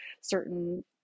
certain